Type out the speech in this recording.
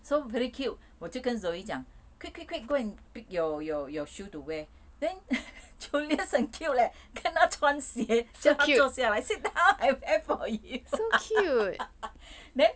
so very cute 我就跟 zoe 讲 quick quick quick go and pick your your your shoe to wear then julius 很 cute leh 跟她穿鞋叫她坐下来 sit down I wear for you then